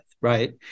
right